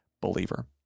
believer